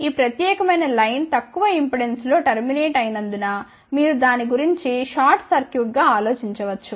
ఈ ప్రత్యేకమైన లైన్ తక్కువ ఇంపెడెన్స్లో టర్మినేట్ అయినందున మీరు దాని గురించి షార్ట్ సర్క్యూట్గా ఆలోచించవచ్చు